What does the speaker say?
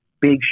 big